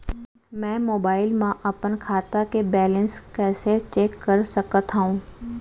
मैं मोबाइल मा अपन खाता के बैलेन्स कइसे चेक कर सकत हव?